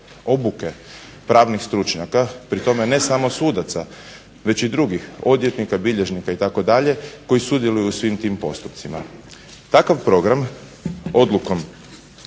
obuke pravnih stručnjaka pri tome ne samo sudaca već i drugih odvjetnika, bilježnika itd. koji sudjeluju u svim tim postupcima. Takav program odlukom